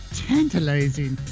tantalizing